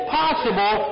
possible